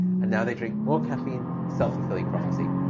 and now they drink more caffeine. self-fulfilling prophecy.